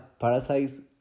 parasites